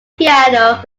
piano